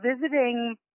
visiting